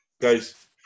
Guys